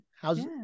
How's